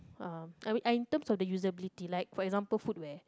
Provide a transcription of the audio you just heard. uh I in terms of the usability like for example footwear